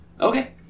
Okay